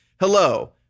hello